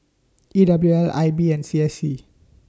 E W L I B and C S C